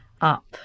up